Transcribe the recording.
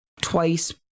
twice